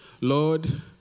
Lord